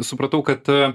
supratau kad a